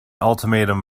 ultimatum